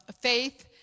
faith